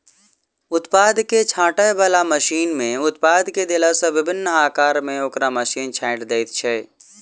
उत्पाद के छाँटय बला मशीन मे उत्पाद के देला सॅ विभिन्न आकार मे ओकरा मशीन छाँटि दैत छै